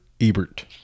Ebert